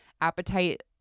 appetite